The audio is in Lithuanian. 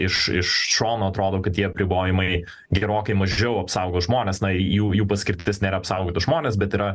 iš iš šono atrodo kad tie apribojimai gerokai mažiau apsaugo žmones na jų jų paskirtis nėra neapsaugotus žmones bet yra